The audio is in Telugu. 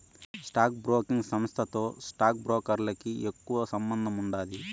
స్టాక్ బ్రోకింగ్ సంస్థతో స్టాక్ బ్రోకర్లకి ఎక్కువ సంబందముండాది